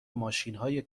ماشینهای